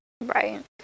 Right